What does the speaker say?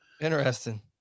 Interesting